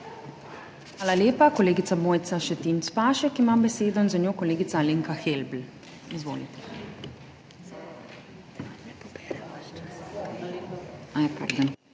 Hvala lepa. Kolegica Mojca Šetinc Pašek ima besedo, za njo kolegica Alenka Helbl. Izvolite.